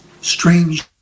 strange